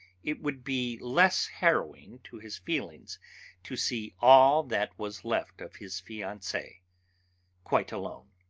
it would be less harrowing to his feelings to see all that was left of his fiancee quite alone.